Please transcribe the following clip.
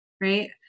right